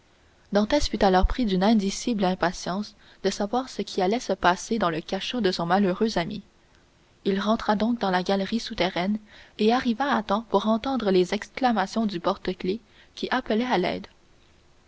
fut alors pris d'une indicible impatience de savoir ce qui allait se passer dans le cachot de son malheureux ami il rentra donc dans la galerie souterraine et arriva à temps pour entendre les exclamations du porte-clefs qui appelait à l'aide